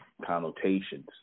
connotations